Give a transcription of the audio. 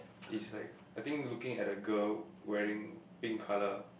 he's like I think looking at the girl wearing pink colour